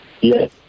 Yes